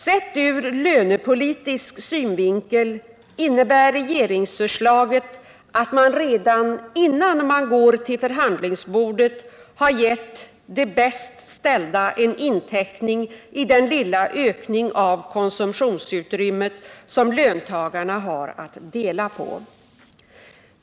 Sett ur lönepolitisk synvinkel innebär regeringsförslaget att man redan innan man går till förhandlingsbordet har gett de bäst ställda en inteckning i den lilla ökning av konsumtionsutrymmet som löntagarna har att dela på.